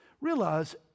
Realize